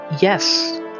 yes